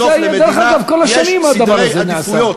בסוף למדינה יש סדרי עדיפויות.